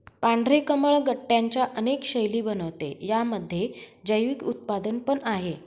पांढरे कमळ गट्ट्यांच्या अनेक शैली बनवते, यामध्ये जैविक उत्पादन पण आहे